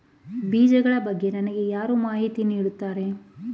ಬೀಜಗಳ ಬಗ್ಗೆ ನಮಗೆ ಯಾರು ಮಾಹಿತಿ ನೀಡುತ್ತಾರೆ?